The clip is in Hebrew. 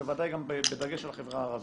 בוודאי גם בדגש על החברה הערבית.